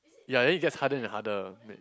ya then it gets harder and harder